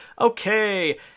okay